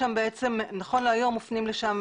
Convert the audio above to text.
ונכון להיום מופנים לשם